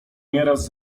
nieraz